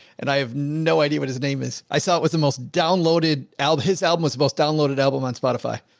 and i have no idea what his name is. i saw it was the most downloaded album. his album was the most downloaded album on spotify,